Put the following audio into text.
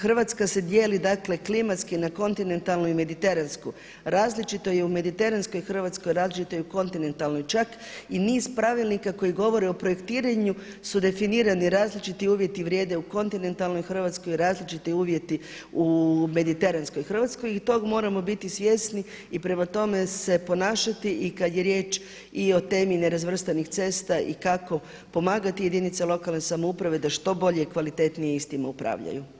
Hrvatska se dijeli klimatski na kontinentalnu i mediteransku, različito je u mediteranskoj Hrvatskoj, različitoj je u kontinentalnoj čak i niz pravilnika koji govore o projektiranju su definirani različiti uvjeti vrijede u kontinentalnoj Hrvatskoj, različiti uvjeti u mediteranskoj Hrvatskoj i toga moramo biti svjesni i prema tome ponašati i kada je riječ i o temi nerazvrstanih cesta i kako pomagati jedinice lokalne samouprave da što bolje i kvalitetnije istina upravljaju.